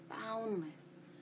boundless